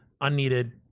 unneeded